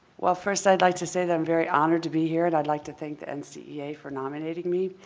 well, first i'd like to say that i'm very honored to be here and i'd like to thank the and ncea yeah for nominating me.